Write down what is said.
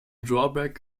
drawback